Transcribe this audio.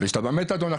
ושאתה במתדון,